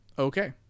Okay